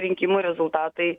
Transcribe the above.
rinkimų rezultatai